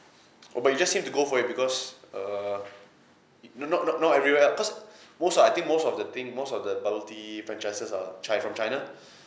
oh but you just seem to go for it because err no not not not everywhere lah cause most I think most of the thing most of the bubble tea franchises are chin~ from china